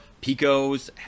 Pico's